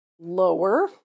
Lower